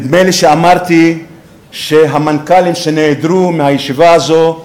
נדמה לי שאמרתי שהמנכ"לים שנעדרו מהישיבה הזאת,